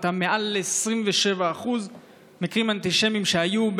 עלתה מעל 27%. מקרים אנטישמיים שהיו,